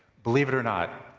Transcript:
believe it or not,